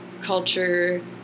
culture